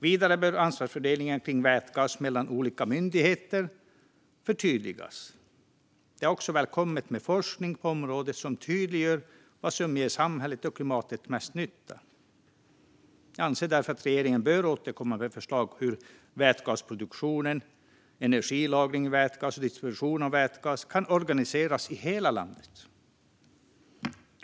Vidare bör ansvarsfördelningen kring vätgas mellan olika myndigheter förtydligas. Det är också välkommet med forskning på området, som tydliggör vad som ger samhället och klimatet mest nytta. Jag anser därför att regeringen bör återkomma med förslag på hur vätgasproduktion, energilagring i vätgas och distribution av vätgas kan organiseras i hela landet.